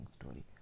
story